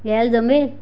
यायला जमेल